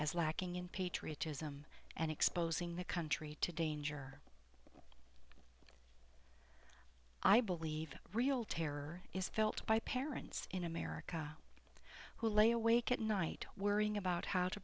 as lacking in patriotism and exposing the country to danger i believe real terror is felt by parents in america who lay awake at night worrying about how to